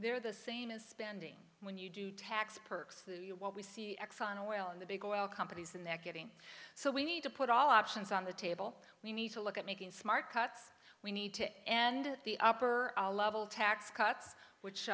they're the same as spending when you do tax perks the you what we see exxon oil and the big oil companies than they're getting so we need to put all options on the table we need to look at making smart cuts we need to and at the upper level tax cuts which